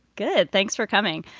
good. thanks for coming.